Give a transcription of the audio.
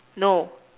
no